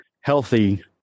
healthy